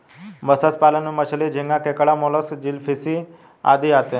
मत्स्य पालन में मछली, झींगा, केकड़ा, मोलस्क, जेलीफिश आदि आते हैं